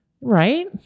right